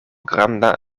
granda